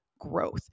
growth